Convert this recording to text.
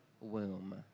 womb